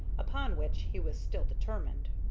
upon which he was still determined.